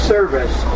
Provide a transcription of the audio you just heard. Service